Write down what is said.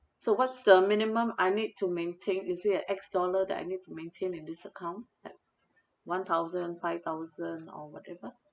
so what's the minimum I need to maintain is it an X dollar that I need to maintain in this account like one thousand five thousand or whatever